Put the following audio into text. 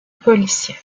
policier